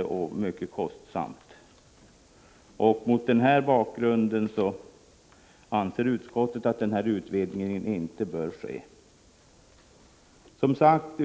arbete och bli synnerligen kostsamt att söka en enskild persons aktieinnehav. Mot denna bakgrund anser utskottsmajoriteten att den föreslagna utvidgningen av uppgiftsskyldigheten inte bör ske.